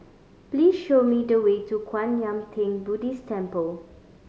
please show me the way to Kwan Yam Theng Buddhist Temple